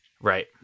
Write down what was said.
right